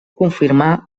confirmà